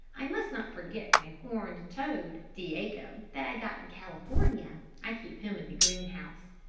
i must not forget my horned toad, diego, that i got in california. i keep him in the green-house,